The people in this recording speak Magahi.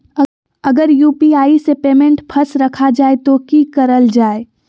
अगर यू.पी.आई से पेमेंट फस रखा जाए तो की करल जाए?